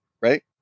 right